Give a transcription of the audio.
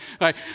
right